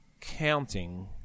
Counting